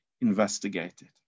investigated